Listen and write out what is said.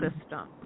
system